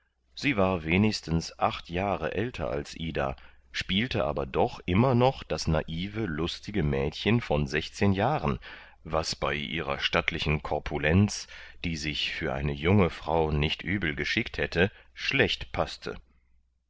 sie war wenigstens acht jahre älter als ida spielte aber doch immer noch das naive lustige mädchen von sechzehn jahren was bei ihrer stattlichen korpulenz die sich für eine junge frau nicht übel geschickt hätte schlecht paßte